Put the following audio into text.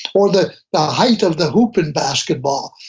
or the the height of the hoop in basketball.